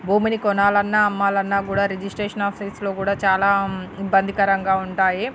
భూమిని కొనాలన్నా అమ్మాలన్నా కూడా రిజిస్ట్రేషన్ ఆఫీస్లో కూడా చాలా ఇబ్బందికరంగా ఉంటాయి